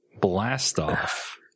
blast-off